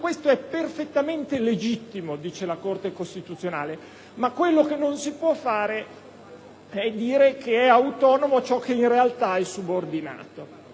ciò è perfettamente legittimo, dice la Corte costituzionale, ma quello che non si può fare è dire che è autonomo ciò che in realtà è subordinato.